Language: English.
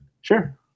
Sure